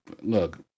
look